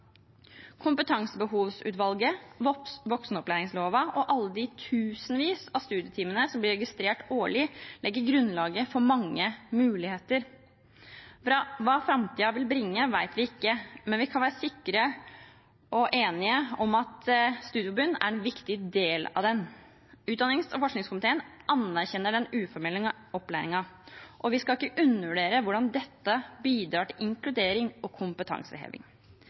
voksenopplæringsloven og alle de tusenvis av studietimene som blir registrert årlig, legger grunnlaget for mange muligheter. Hva framtiden vil bringe, vet vi ikke, men vi kan være sikre på og enige om at studieforbund er en viktig del av den. Utdannings- og forskningskomiteen anerkjenner den uformelle opplæringen, og vi skal ikke undervurdere hvordan dette bidrar til inkludering og kompetanseheving.